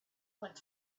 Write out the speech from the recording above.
went